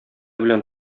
белән